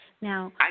Now